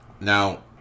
Now